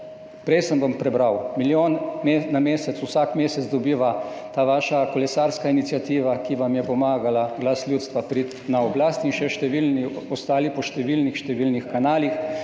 Prej sem vam prebral, milijon na mesec vsak mesec dobiva ta vaša kolesarska iniciativa Glas ljudstva, ki vam je pomagala priti na oblast in še številni drugi po številnih številnih kanalih.